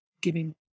giving